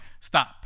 stop